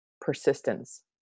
persistence